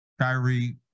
Kyrie